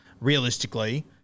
realistically